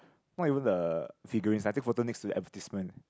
not even the figurines I take photo next to the advertisement